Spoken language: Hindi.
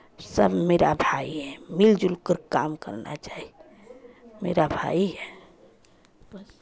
सब मेरा भाई है मिल जुलकर काम करना चाहिए मेरा भाई है बस